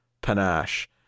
panache